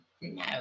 No